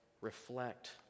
reflect